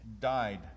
died